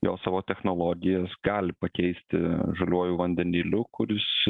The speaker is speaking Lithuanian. jos savo technologijas gali pakeisti žaliuoju vandeniliu kuris